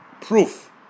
proof